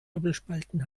doppelspalten